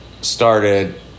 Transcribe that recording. started